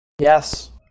Yes